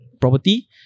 property